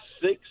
six